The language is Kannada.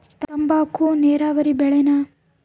ತಂಬಾಕು ನೇರಾವರಿ ಬೆಳೆನಾ?